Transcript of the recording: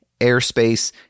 airspace